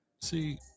See